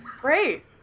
Great